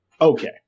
Okay